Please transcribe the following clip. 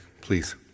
Please